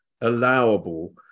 allowable